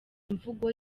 imvugo